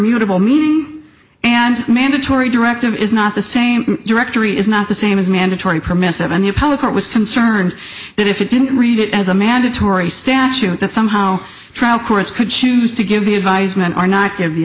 mutable meaning and mandatory directive is not the same directory is not the same as mandatory permissive and the appellate court was concerned that if it didn't read it as a mandatory statute that somehow trial courts could choose to give the advisement are not give the